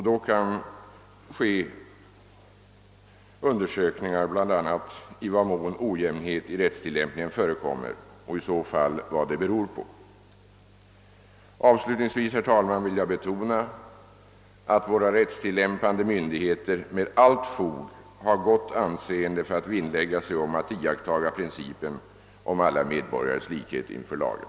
Då kan undersökningar också göras bl.a. av i vad mån olikhet i rättstillämpningen förekommer och vad detta i så fall beror på. Avslutningsvis vill jag betona att våra rättstillämpande myndigheter med allt fog har gott anseende för att vinnlägga sig om att iaktta principen om alla medborgares likhet inför lagen.